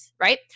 Right